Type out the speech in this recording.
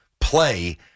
play